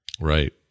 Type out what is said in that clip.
Right